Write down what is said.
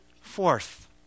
Fourth